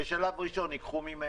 בשלב ראשון ייקחו ממנה.